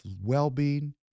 well-being